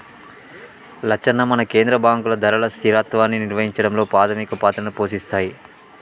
లచ్చన్న మన కేంద్ర బాంకులు ధరల స్థిరత్వాన్ని నిర్వహించడంలో పాధమిక పాత్రని పోషిస్తాయి